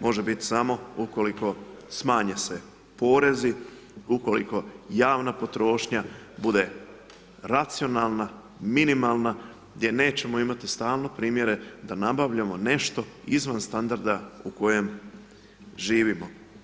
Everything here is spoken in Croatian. može biti samo ukoliko smanje se porezi, ukoliko javna potrošnja bude racionalna, minimalna, gdje nećemo imati stalno primjere da nabavljamo nešto izvan standarda u kojem živimo.